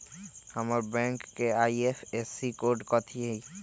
हमर बैंक के IFSC code कथि हई?